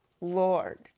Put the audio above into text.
Lord